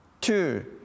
Two